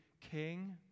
King